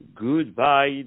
Goodbye